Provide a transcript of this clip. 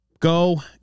Go